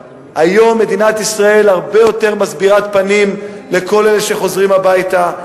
היום מדינת ישראל מסבירה פנים הרבה יותר לכל אלה שחוזרים הביתה,